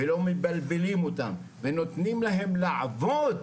ולא מבלבלים אותם ונותנים להם לעבוד,